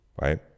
right